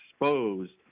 exposed